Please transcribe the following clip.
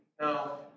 No